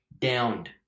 downed